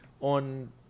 on